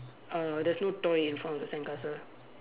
uh there's no toy in front of the sandcastle